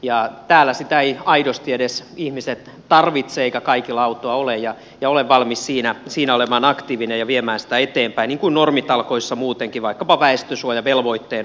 täällä sitä eivät aidosti edes ihmiset tarvitse eikä kaikilla autoa ole ja olen valmis siinä olemaan aktiivinen ja viemään sitä eteenpäin niin kuin normitalkoissa muutenkin vaikkapa väestönsuojavelvoitteen osalta